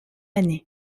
année